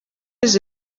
izi